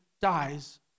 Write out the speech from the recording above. dies